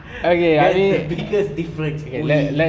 that's the biggest difference boy